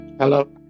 Hello